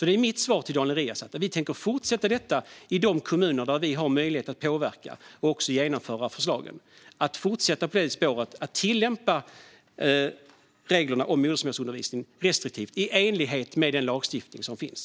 Det är mitt svar till Daniel Riazat, och vi tänker fortsätta det arbetet i de kommuner där vi har möjlighet att påverka och genomföra förslagen. Vi ska fortsätta på spåret att tillämpa reglerna om modersmålsundervisning restriktivt i enlighet med den lagstiftning som finns.